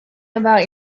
about